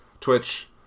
Twitch